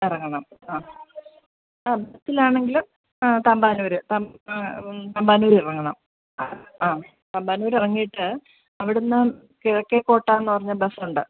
ഇറങ്ങണം ആ ആ ബസിലാണെങ്കിൽ ആ തമ്പാനൂർ തമ്പാനൂർ ഇറങ്ങണം ആ തമ്പാനൂർ ഇറങ്ങിയിട്ട് അവിടുന്ന് കിഴക്കേക്കോട്ട എന്ന് പറഞ്ഞ ബസ്സ് ഉണ്ട്